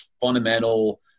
fundamental